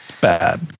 bad